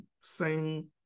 sing